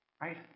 Right